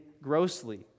grossly